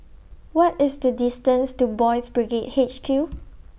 What IS The distance to Boys' Brigade H Q